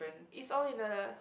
is all in the